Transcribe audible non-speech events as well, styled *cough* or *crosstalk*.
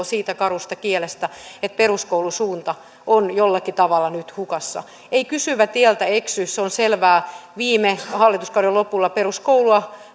*unintelligible* siitä karusta kielestä että peruskoulun suunta on jollakin tavalla nyt hukassa ei kysyvä tieltä eksy se on selvää viime hallituskauden lopulla peruskoulua